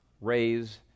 raise